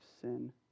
sin